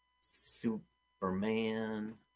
Superman